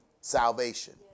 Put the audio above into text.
salvation